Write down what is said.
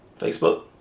Facebook